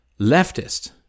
leftist